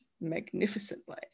magnificently